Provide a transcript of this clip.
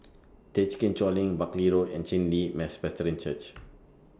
Thekchen Choling Buckley Road and Chen Li Presbyterian Church